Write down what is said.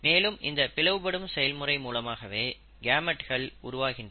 மேலும் இந்த பிளவுபடும் செயல்முறை மூலமாகவே கேமெட்கள் உருவாகின்றன